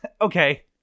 okay